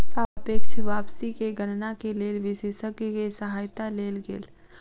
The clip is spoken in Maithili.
सापेक्ष वापसी के गणना के लेल विशेषज्ञ के सहायता लेल गेल